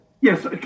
Yes